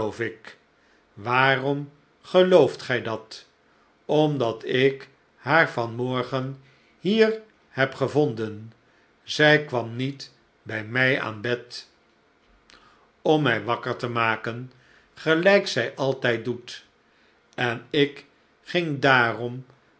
waarom gelooft gij dat omdat ik haar van morgen hier heb gevonden zij kwam niet bij mij aan bed om mij wakker te maken gelijk zij altijd doet en ik ging daarom